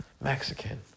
Mexican